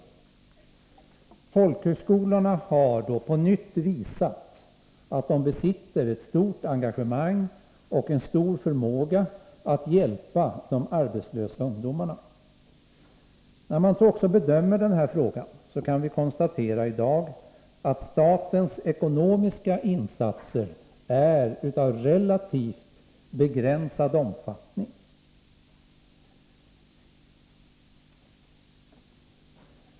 Folkhögskolorna har på nytt visat att de besitter ett starkt engagemang för och en stor förmåga att hjälpa de När vi studerar denna fråga kan vi i dag konstatera att statens ekonomiska insatser är av relativt begränsad omfattning.